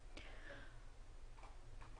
כנראה לא